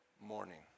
morning